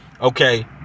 okay